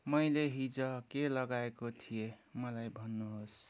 मैले हिजो के लगाएको थिएँ मलाई भन्नुहोस्